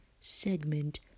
segment